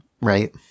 right